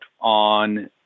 on